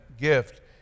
gift